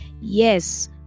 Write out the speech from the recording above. Yes